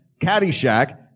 Caddyshack